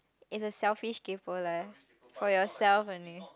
is a selfish kaypoh for life for yourself only